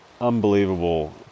unbelievable